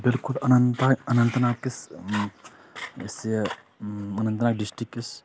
بالکل اننت اننت ناگ کِس یۄس یہِ اننت ناگ ڈِسٹرٛکس